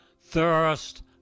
thirst